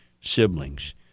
siblings